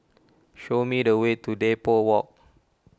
show me the way to Depot Walk